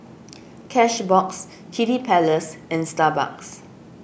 Cashbox Kiddy Palace and Starbucks